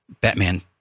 Batman